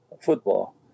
Football